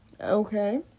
Okay